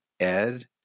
ed